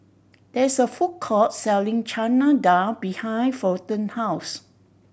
there is a food court selling Chana Dal behind Fulton house